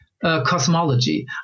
cosmology